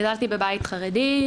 גדלתי בבית חרדי,